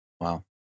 Wow